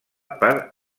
per